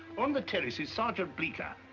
on the terrace is sergeant bleeker,